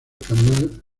canal